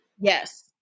yes